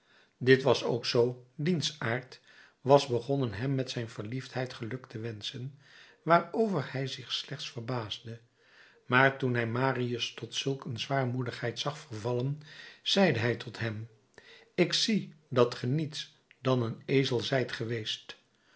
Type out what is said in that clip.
dit was ook zoo diens aard was begonnen hem met zijn verliefdheid geluk te wenschen waarover hij zich elders verbaasde maar toen hij marius tot zulk een zwaarmoedigheid zag vervallen zeide hij tot hem ik zie dat ge niets dan een ezel zijt geweest